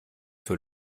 für